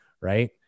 right